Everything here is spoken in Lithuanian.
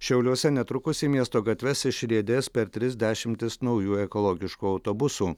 šiauliuose netrukus į miesto gatves išriedės per tris dešimtis naujų ekologiškų autobusų